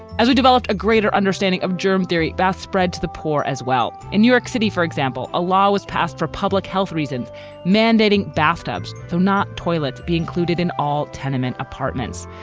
as we developed a greater understanding of germ theory, baths spread to the poor as well. in york city, for example, a law was passed for public health reasons mandating bathtubs, though not toilet, be included in all tenement apartments.